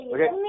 Okay